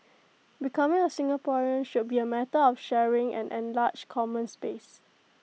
becoming A Singaporean should be A matter of sharing an enlarged common space